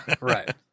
Right